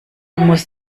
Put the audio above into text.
muss